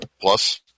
plus